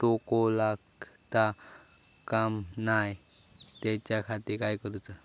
तोको लगता काम नाय त्याच्या खाती काय करुचा?